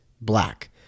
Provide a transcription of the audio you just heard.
black